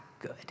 Good